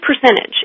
percentage